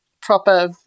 proper